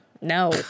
No